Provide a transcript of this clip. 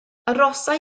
arhosai